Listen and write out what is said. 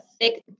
thick